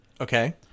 okay